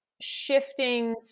shifting